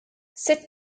sut